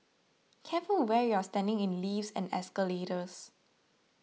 careful where you're standing in lifts and escalators